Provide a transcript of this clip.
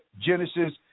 Genesis